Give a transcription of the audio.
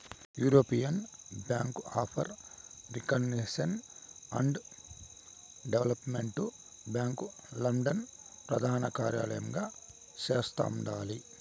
European bank for reconstruction and development bank London ప్రదానకార్యలయంగా చేస్తండాలి